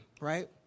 right